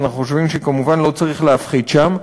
ואנחנו חושבים שכמובן לא צריך להפחית שם,